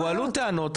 הועלו טענות,